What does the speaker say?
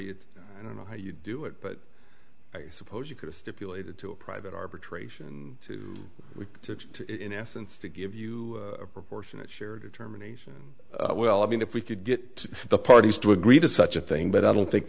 you don't know how you do it but i suppose you could have stipulated to a private arbitration to in essence to give you a proportionate share determination well i mean if we could get the parties to agree to such a thing but i don't think